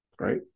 right